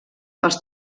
els